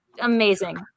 amazing